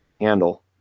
handle